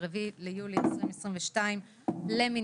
ה-4 ביולי 2022 למניינם,